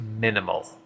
minimal